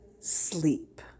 sleep